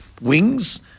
wings